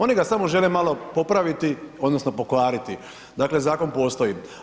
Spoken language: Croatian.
Oni ga samo žele malo popraviti odnosno pokvariti, dakle zakon postoji.